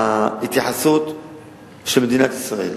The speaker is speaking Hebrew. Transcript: ההתייחסות של מדינת ישראל,